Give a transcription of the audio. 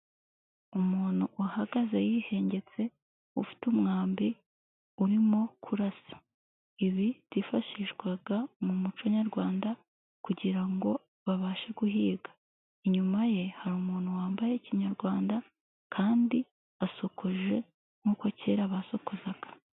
Umuntu uhagaze yihengetse. uuite umwambi urimo kurasa. Ibi byifashishwaga mu muco nyarwanda kugira ngo babashe guhiga. Inyuma ye hari umuntu wambaye kinyarwanda kandi asokoje nk'uko kera basokuzaga.